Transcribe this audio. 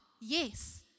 yes